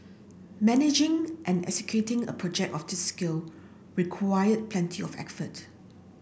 managing and executing a project of this scale required plenty of